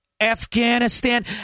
Afghanistan